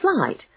flight